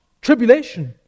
tribulation